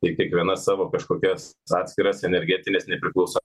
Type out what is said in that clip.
ir kiekviena savo kažkokias atskiras energetines nepriklauso